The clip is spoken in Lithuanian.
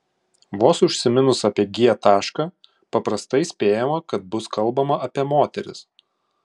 vos užsiminus apie g tašką paprastai spėjama kad bus kalbama apie moteris